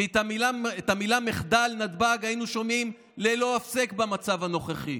כי את המילים "מחדל נתב"ג" היינו שומעים ללא הפסק במצב הנוכחי.